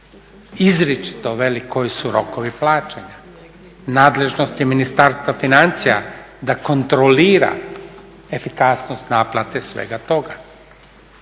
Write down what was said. Izričito veli koji su rokovi plaćanja. Nadležnost je Ministarstva financija da kontrolira efikasnost naplate svega toga.